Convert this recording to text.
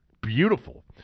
beautiful